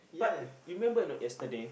but you you remember not yesterday